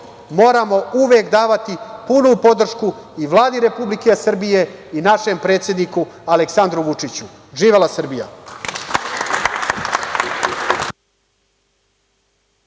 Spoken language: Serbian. moramo uvek davati punu podršku i Vladi Republike Srbije i našem predsedniku Vučiću. Živela Srbija.